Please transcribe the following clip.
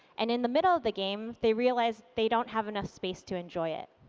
and in the middle of the game, they realize they don't have enough space to enjoy it.